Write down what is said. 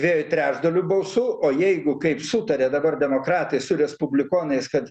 dviejų trečdalių balsų o jeigu kaip sutarė dabar demokratai su respublikonais kad